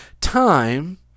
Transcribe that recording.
Time